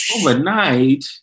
overnight